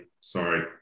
sorry